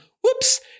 Whoops